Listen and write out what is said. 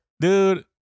Dude